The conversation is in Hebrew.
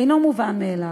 אינו מובן מאליו,